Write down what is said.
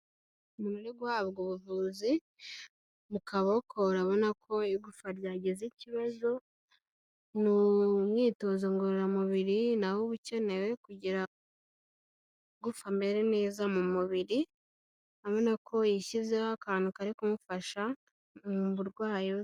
Umuntu uri guhabwa ubuvuzi mu kaboko urabona ko igufwa ryagize ikibazo, n’imyitozo ngororamubiri nawo uba ukenewe kugira amagufa amere neza mu mubiri, amenye ko yishyizeho akantu kari kumufasha mu burwayi.